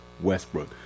Westbrook